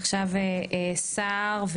עכשיו סהר,